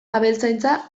abeltzaintza